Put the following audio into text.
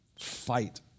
fight